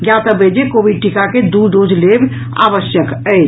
ज्ञातव्य अछि जे कोविड टीका के दू डोज लेब आवश्यक अछि